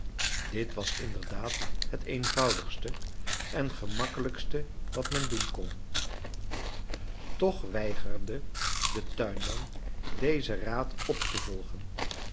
dit was inderdaad het eenvoudigste en gemakkelijkste wat men doen kon toch weigerde de tuinman dezen raad op te volgen